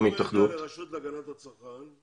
נשמע את הרשות להגנת הצרכן.